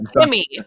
Jimmy